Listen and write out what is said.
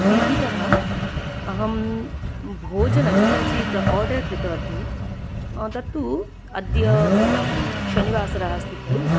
Swiggy तः अहं भोजनं किञ्चिद् आर्डर कृतवती तत्तु अद्य शनिवासरः अस्ति खलु